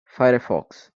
firefox